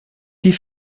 die